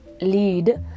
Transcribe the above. lead